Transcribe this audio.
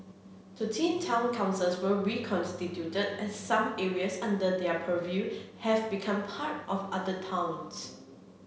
thirteen town councils were reconstituted as some areas under their purview have become part of other towns